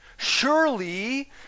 surely